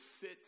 sit